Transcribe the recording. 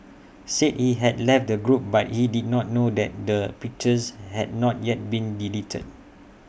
said he had left the group but he did not know that the pictures had not yet been deleted